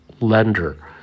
lender